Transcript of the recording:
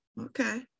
Okay